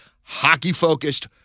hockey-focused